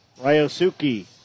Ryosuke